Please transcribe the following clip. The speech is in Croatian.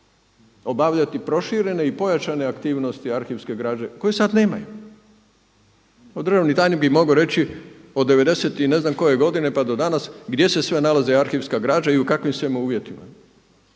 obavljati proširene i pojačane aktivnosti arhivske građe koje sad nemaju. Državni tajnik bi mogao reći od devedeset i ne znam koje godine pa do danas gdje se sve nalazi arhivska građa i u kakvim sve uvjetima.